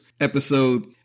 episode